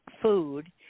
food